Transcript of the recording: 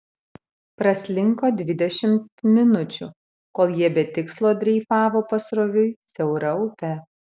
praslinko dvidešimt minučių kol jie be tikslo dreifavo pasroviui siaura upe